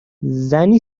زنی